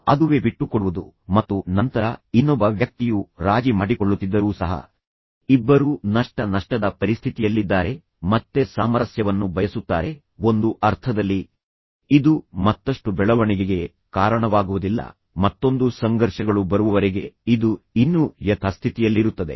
ಅದುವೇ ಬಿಟ್ಟು ಕೊಡುವುದು ಏನನ್ನಾದರೂ ಕಳೆದುಕೊಳ್ಳುವುದು ಮತ್ತು ನಂತರ ಇನ್ನೊಬ್ಬ ವ್ಯಕ್ತಿಯು ರಾಜಿ ಮಾಡಿಕೊಳ್ಳುತ್ತಿದ್ದರೂ ಸಹ ಇಬ್ಬರೂ ನಷ್ಟ ನಷ್ಟದ ಪರಿಸ್ಥಿತಿಯಲ್ಲಿದ್ದಾರೆ ತ್ಯಾಗ ಮಾಡುತ್ತಿದ್ದಾರೆ ಮತ್ತೆ ಸಾಮರಸ್ಯವನ್ನು ಬಯಸುತ್ತಾರೆ ಆದರೆ ನಂತರ ಒಂದು ಅರ್ಥದಲ್ಲಿ ಇದು ಮತ್ತಷ್ಟು ಬೆಳವಣಿಗೆಗೆ ಕಾರಣವಾಗುವುದಿಲ್ಲ ಮತ್ತೊಂದು ಸಂಘರ್ಷಗಳು ಬರುವವರೆಗೆ ಇದು ಇನ್ನೂ ಯಥಾಸ್ಥಿತಿಯಲ್ಲಿರುತ್ತದೆ